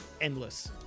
endless